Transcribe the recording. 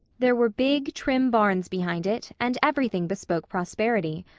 there were big, trim barns behind it, and everything bespoke prosperity.